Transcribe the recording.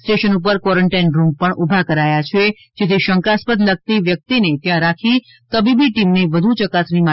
station ઉપર quarantine room પણઊભા કરાયા છે જેથી શંકાસ્પદ લગતી વ્યક્તિને ત્યાં રાખી તબીબી ટીમને વધુ ચકાસણી માટેબોલાવી શકાય